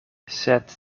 sed